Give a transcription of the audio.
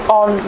on